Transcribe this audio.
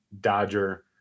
Dodger